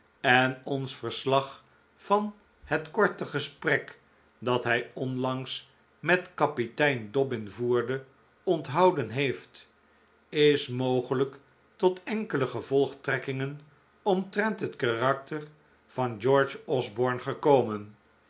en ons verslag van het korte gesprek dat hij onlangs met kapitein dobbin voerde onthouden heeft is mogelijk tot enkele gevolgtrekkingen omtrent het karakter van george osborne gekomen